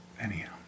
Anyhow